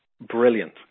Brilliant